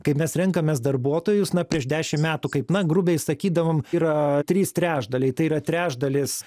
kaip mes renkamės darbuotojus na prieš dešimt metų kaip na grubiai sakydavom yra trys trečdaliai tai yra trečdalis